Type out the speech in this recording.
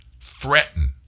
Threaten